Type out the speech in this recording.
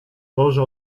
boże